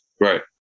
Right